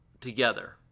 together